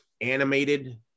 animated